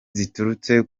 ziturutse